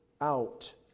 out